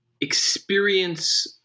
experience